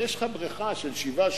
ויש לך בריכה של 7,